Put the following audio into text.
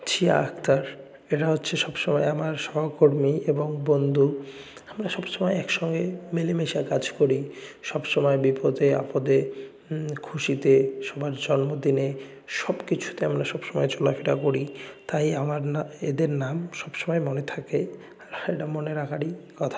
শিয়া আখতার এরা হচ্ছে সবসময় আমার সহকর্মী এবং বন্ধু আমরা সবসময় একসঙ্গে মিলেমিশে কাজ করি সবসময় বিপদে আপদে খুশিতে সবার জন্মদিনে সব কিছুতে আমরা সবসময় চলাফেরা করি তাই আমার না এদের নাম সবসময় মনে থাকে আর এটা মনে রাখারই কথা